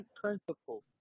Principle